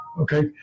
okay